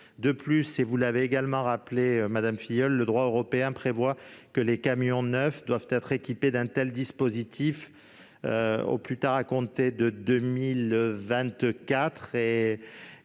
Enfin, vous l'avez également rappelé, madame Filleul, le droit européen prévoit que les camions neufs devront être équipés de tels dispositifs au plus tard à compter de 2024,